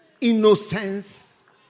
Innocence